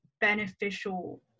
beneficial